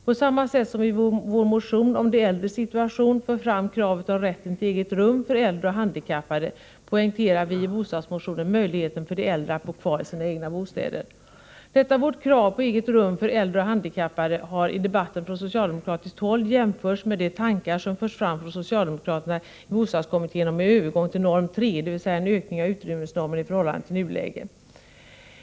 På samma sätt som vi i vår motion om de äldres situation för fram kravet på rätten till eget rum för äldre och handikappade poängterar vi i bostadsmotionen möjligheten för de äldre att bo kvar i sina egna bostäder. Detta vårt krav på eget rum för äldre och handikappade har i debatten från socialdemokratiskt håll jämförts med de tankar som förs fram från socialdemokraterna i bostadskommittén om en övergång till Norm 3, dvs. en ökning av utrymmesnormen i förhållande till nuläget.